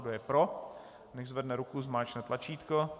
Kdo je pro, nechť zvedne ruku, zmáčkne tlačítko.